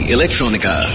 Electronica